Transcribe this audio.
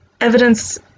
evidence